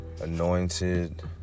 Anointed